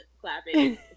clapping